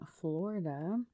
Florida